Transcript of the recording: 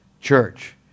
church